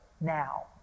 now